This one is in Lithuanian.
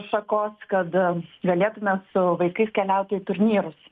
šakos kad galėtume su savo vaikais keliauti į turnyrus